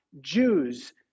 Jews